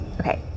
okay